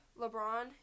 LeBron